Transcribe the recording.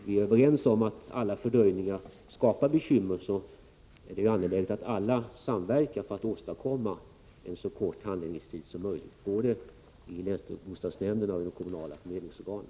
Vi är ju överens om att varje fördröjning skapar bekymmer. Därför är det angeläget att alla samverkar för att åstadkomma så korta handläggningstider som möjligt både i länsbostadsnämnderna och i de kommunala förmedlingsorganen.